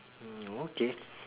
hmm okay